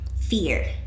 fear